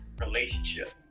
relationship